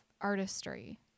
artistry